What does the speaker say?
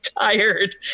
tired